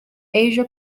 asia